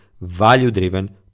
value-driven